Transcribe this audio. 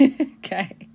Okay